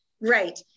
Right